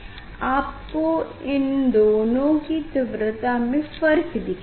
आप को इन दोनों की तीव्रता में फर्क दिखेगा